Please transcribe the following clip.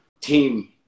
team